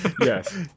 Yes